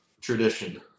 tradition